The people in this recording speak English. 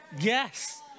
Yes